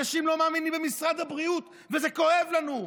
אנשים לא מאמינים במשרד הבריאות, וזה כואב לנו.